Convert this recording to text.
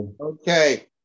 Okay